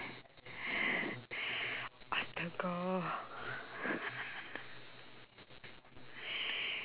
astaga